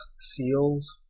seals